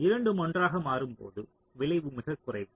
இரண்டும் ஒன்றாக மாறும்போது விளைவு மிகக் குறைவு